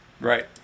right